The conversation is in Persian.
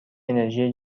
انرژی